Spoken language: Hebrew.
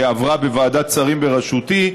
שעברה בוועדת שרים בראשותי.